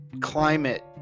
climate